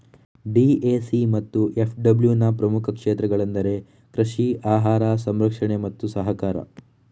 DAC ಮತ್ತು ಎಫ್.ಡಬ್ಲ್ಯೂನ ಪ್ರಮುಖ ಕ್ಷೇತ್ರಗಳೆಂದರೆ ಕೃಷಿ, ಆಹಾರ ಸಂರಕ್ಷಣೆ ಮತ್ತು ಸಹಕಾರ